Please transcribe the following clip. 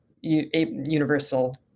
universal